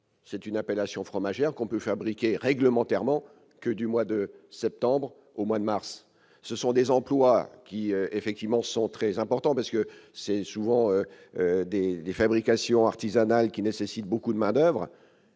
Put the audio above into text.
C'est une appellation fromagère qu'on peut fabriquer réglementairement que du mois de septembre au mois de mars, ce sont des emplois qui effectivement sont très importants, parce que c'est souvent des des fabrications artisanales qui nécessite beaucoup de manoeuvres